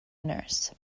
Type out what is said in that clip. nurse